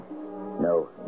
No